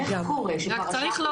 איך קורה שפרשה כזאת --- רק צריך לא